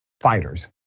fighters